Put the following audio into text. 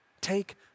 Take